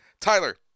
Tyler